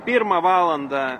pirmą valandą